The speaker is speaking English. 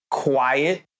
quiet